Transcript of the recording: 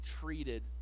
treated